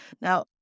Now